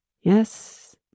Yes